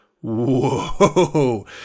whoa